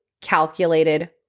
calculated